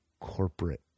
corporate